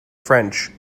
french